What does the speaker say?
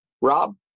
Rob